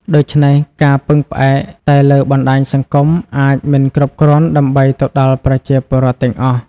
ដូច្នេះ ការពឹងផ្អែកតែលើបណ្ដាញសង្គមអាចមិនគ្រប់គ្រាន់ដើម្បីទៅដល់ប្រជាពលរដ្ឋទាំងអស់។